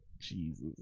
Jesus